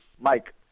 Mike